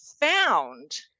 found